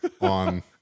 on